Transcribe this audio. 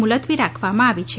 મુલતવી રાખવામાં આવી છે